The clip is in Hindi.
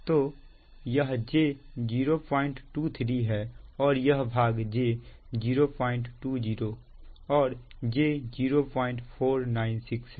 तो यह j023 है और यह भाग j020 और j0491 है